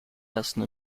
ersten